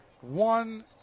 one